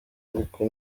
ariko